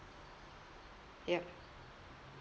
yup